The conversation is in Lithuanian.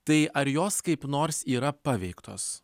tai ar jos kaip nors yra paveiktos